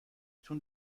تون